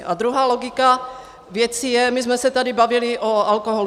A druhá logika věci je my jsme se tady bavili o alkoholu.